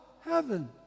heaven